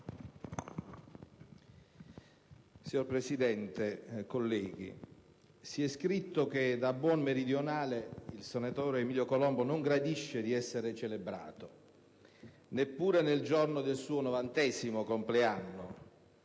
Signor Presidente, onorevoli colleghi, si è scritto che da buon meridionale il senatore Emilio Colombo non gradisce essere celebrato, neppure nel giorno del suo 90° compleanno.